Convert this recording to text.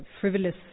frivolous